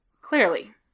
Clearly